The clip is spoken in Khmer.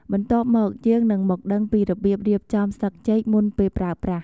បន្ទាប់មក យើងនឹងមកដឹងពីរបៀបរៀបចំស្លឹកចេកមុនពេលប្រើប្រាស់។